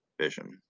vision